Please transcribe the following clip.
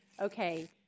okay